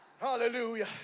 Hallelujah